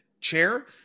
chair